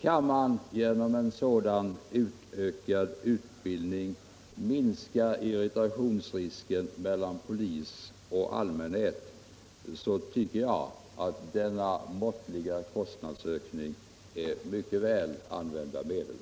Kan man genom en utökad utbildning minska riskerna för irritation mellan polis och allmänhet tycker jag att denna måttliga kostnadsökning är mycket väl använda medel.